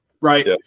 Right